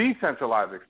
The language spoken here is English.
decentralized